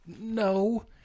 No